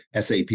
sap